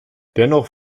dennoch